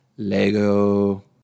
Lego